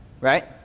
right